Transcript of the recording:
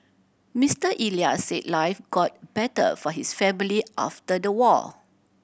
Mister Elias say life got better for his family after the war